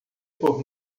por